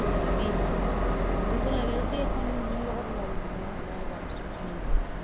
তই যাবি তোকো লাগে যদি এখন মোৰ লগত ওলাবি ময়ো মই যাম আনিমগৈ